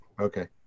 Okay